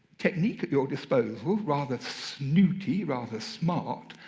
technique at your disposal, rather snooty, rather smart.